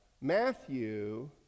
Matthew